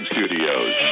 Studios